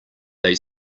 they